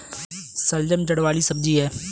शलजम जड़ वाली सब्जी है